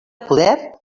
poder